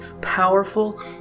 powerful